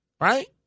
Right